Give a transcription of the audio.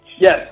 Yes